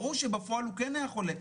ברור שבפועל הוא כן היה חולה.